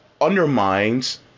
undermines